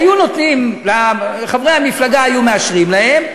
היו מאשרים למפלגה שלהם,